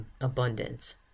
abundance